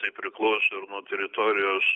tai priklauso ir nuo teritorijos